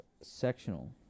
sectional